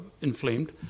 inflamed